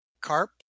carp